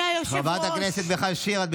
חברת הכנסת מיכל שיר.